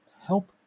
help